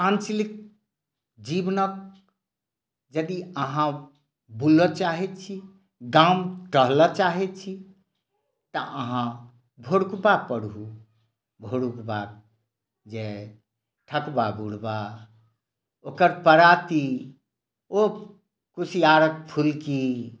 आञ्चलिक जीवनक यदि अहाँ बुलऽ चाहै छी गाम टहलऽ चाहै छी तऽ अहाँ भोरुकबा पढ़ू भोरुकबा जे ठकबा बुढ़बा ओकर पराती ओह कुसियारक फुल्की